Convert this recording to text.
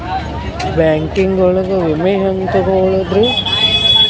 Banking ಒಳಗ ವಿಮೆ ಹೆಂಗ್ ತೊಗೊಳೋದ್ರಿ?